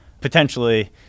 potentially